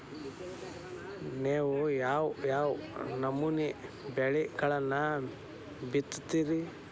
ನೇವು ಯಾವ್ ಯಾವ್ ನಮೂನಿ ಬೆಳಿಗೊಳನ್ನ ಬಿತ್ತತಿರಿ?